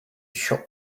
shop